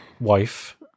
Wife